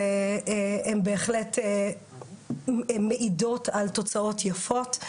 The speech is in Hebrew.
והן מעידות על תוצאות יפות.